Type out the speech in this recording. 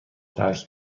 ترک